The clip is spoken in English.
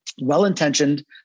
Well-intentioned